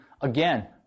again